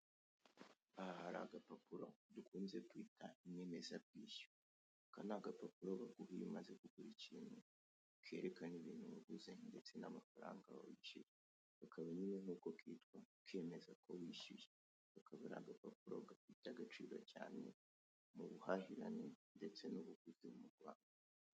Aha hari agapapuro dukunze kwita inyemeza bwishyu. Aka n'agapapuro baguha iyo umaze kugura ikintu ,kerekana ibintu waguze ndetse n'amafaranga wishyuye, ukaba rero wemererwa kwitwa ko wishyuye n'agaciro cyane ubuhahirane ndetse n'ubuguzi mu Rwanda.